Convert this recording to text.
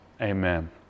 amen